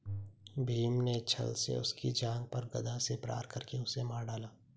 भीम ने छ्ल से उसकी जांघ पर गदा से प्रहार करके उसे मार डाला